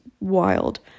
wild